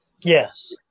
Yes